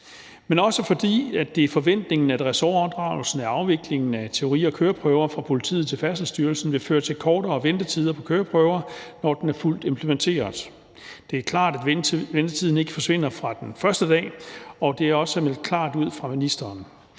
men også, fordi det er forventningen, at ressortoverdragelsen af afviklingen af teori- og køreprøver fra politiet til Færdselsstyrelsen vil føre til kortere ventetider på køreprøver, når den er fuldt implementeret. Det er klart, at ventetiden ikke forsvinder fra den første dag, og det er også meldt klart ud fra ministeren.